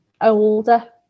older